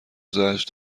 زجر